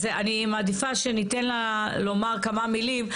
אז אני מעדיפה שניתן לה לומר כמה מילים.